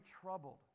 troubled